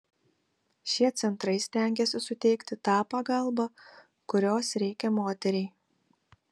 šie centrai stengiasi suteikti tą pagalbą kurios reikia moteriai